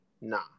nah